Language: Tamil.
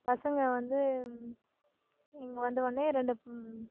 பசங்க வந்து இங்கே வந்த உடனே ரெண்டு